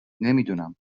نمیدونم